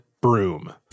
broom